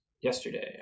yesterday